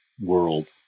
world